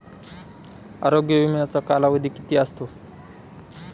आरोग्य विम्याचा कालावधी किती असतो?